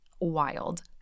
wild